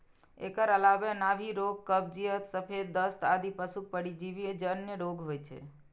एकर अलावे नाभि रोग, कब्जियत, सफेद दस्त आदि पशुक परजीवी जन्य रोग होइ छै